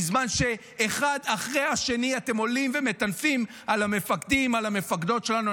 בזמן שאחד אחרי השני אתם עולים ומטנפים על המפקדים ועל המפקדות שלנו.